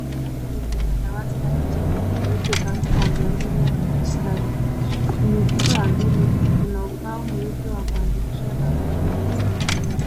Hili ni darasa lenye dawati na viti vingi vilivyopangwa kwa mpangilio wa mstari . Kwenye ukuta wa mbele kuna ubao mweupe wa kuandikia pamoja na meza ya mwalimu.